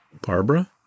Barbara